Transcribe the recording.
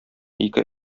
ике